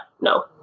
no